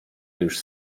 już